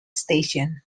station